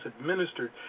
administered